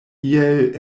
iel